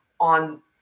on